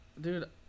Dude